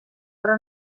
però